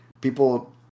people